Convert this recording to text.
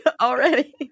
Already